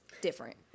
different